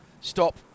stop